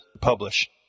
publish